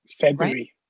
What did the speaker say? February